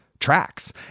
tracks